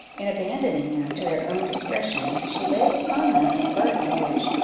in abandoning them to their own discretion, she lays upon them a burden which,